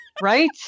right